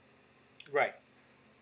right